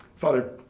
Father